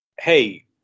Hey